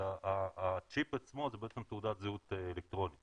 אבל הצ'יפ עצמו זה בעצם תעודת זהות אלקטרונית.